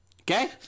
Okay